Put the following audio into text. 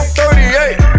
38